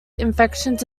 infections